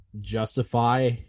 justify